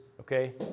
okay